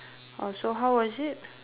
oh so how was it